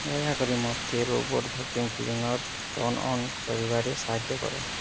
ଦୟାକରି ମୋତେ robot vacuum cleaner turn on କରିବାରେ ସାହାଯ୍ୟ କର